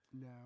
no